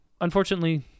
unfortunately